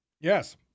Yes